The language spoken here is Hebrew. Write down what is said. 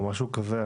או משהו כזה.